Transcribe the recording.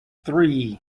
three